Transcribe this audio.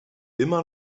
immer